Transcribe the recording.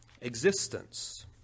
existence